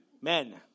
men